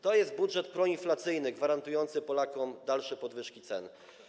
To jest budżet proinflacyjny, gwarantujący Polakom dalsze podwyżki cen.